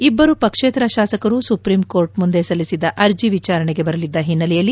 ಇಬ್ಬರು ಪಕ್ಷೇತರ ಶಾಸಕರು ಸುಪ್ರೀಂ ಕೋರ್ಟ್ ಮುಂದೆ ಸಲ್ಲಿಸಿದ್ದ ಅರ್ಜಿ ವಿಚಾರಣೆಗೆ ಬರಲಿದ್ದ ಹಿನ್ನೆಲೆಯಲ್ಲಿ